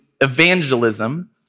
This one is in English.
evangelism